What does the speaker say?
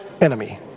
enemy